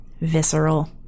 Visceral